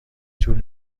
طول